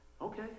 Okay